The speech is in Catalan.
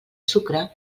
sucre